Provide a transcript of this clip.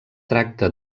tracta